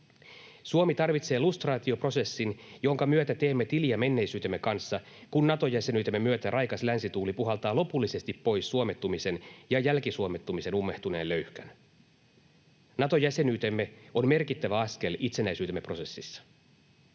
Suomi tarvitsee lustraatioprosessin, jonka myötä teemme tiliä menneisyytemme kanssa, kun Nato-jäsenyytemme myötä raikas länsituuli puhaltaa lopullisesti pois suomettumisen ja jälkisuomettumisen ummehtuneen löyhkän. Nato-jäsenyytemme on merkittävä askel itsenäisyytemme prosessissa.